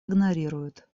игнорируют